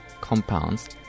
compounds